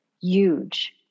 huge